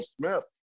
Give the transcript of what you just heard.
Smith